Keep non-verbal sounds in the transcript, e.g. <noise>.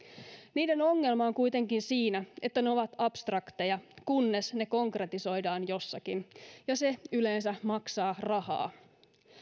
niiden ongelma on kuitenkin siinä että ne ovat abstrakteja kunnes ne konkretisoidaan jossakin <unintelligible> ja se yleensä maksaa rahaa